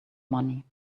money